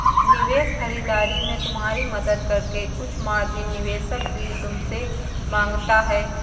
निवेश खरीदारी में तुम्हारी मदद करके कुछ मार्जिन निवेशक भी तुमसे माँगता है